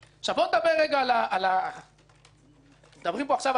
מדברים על לגבות כסף.